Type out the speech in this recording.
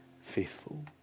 faithful